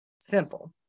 Simple